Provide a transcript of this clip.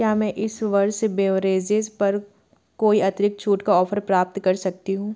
क्या मैं इस वर्ष बेवरेजेज़ पर कोई अतिरिक्त छूट का ऑफ़र प्राप्त कर सकती हूँ